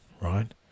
right